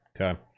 Okay